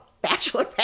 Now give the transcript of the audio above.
bachelor